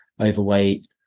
overweight